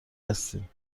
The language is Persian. هستیم